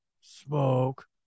smoke